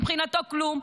מבחינתו לא שווים כלום.